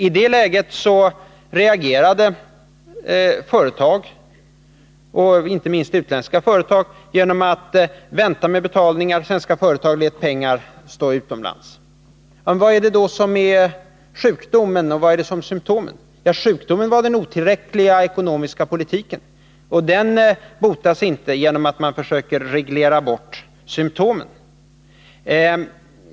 I det läget reagerade företag, inte minst utländska, genom att vänta med betalningar. Och svenska företag lät pengar stanna utomlands. Men vad var det då som var sjukdomen, och vad var det som var symtomen? Jo, sjukdomen var den otillräckliga ekonomiska politiken, och den botas inte genom att man försöker reglera bort symtomen.